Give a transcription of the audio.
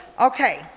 Okay